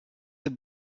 the